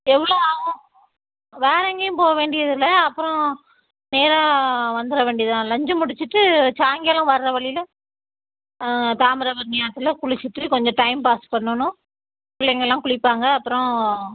எவ்வளோ ஆகும் வேறு எங்கேயும் போக வேண்டியது இல்லை அப்றம் நேராக வந்திட வேண்டியதுதான் லஞ்சு முடிச்சுட்டு சாயங்காலம் வர வழியில தாமிரபரணி ஆற்றில குளிச்சுட்டு கொஞ்சம் டைம் பாஸ் பண்ணணும் பிள்ளைங்களாம் குளிப்பாங்க அப்றம்